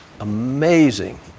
amazing